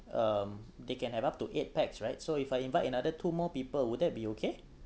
um they can have up to eight pax right so if I invite another two more people would that be okay